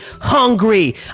hungry